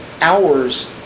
hours